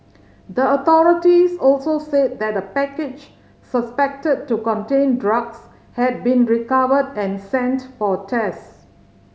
the authorities also said that a package suspected to contain drugs had been recovered and sent for tests